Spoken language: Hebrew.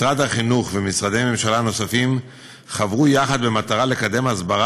משרד החינוך ומשרדי ממשלה נוספים חברו יחד במטרה לקדם הסברה